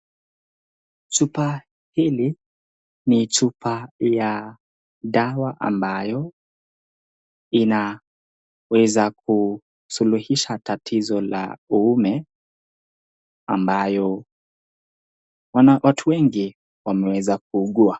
Chupa hili ni chupa ya dawa ambayo, inaweza kusuluhisha tatizo la uume ,ambayo watu wengi, wameweza kuuguwa.